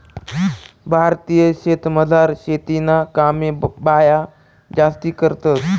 भारतीय शेतीमझार शेतीना कामे बाया जास्ती करतंस